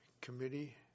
Committee